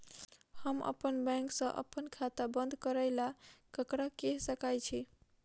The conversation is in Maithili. हम अप्पन बैंक सऽ अप्पन खाता बंद करै ला ककरा केह सकाई छी?